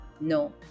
No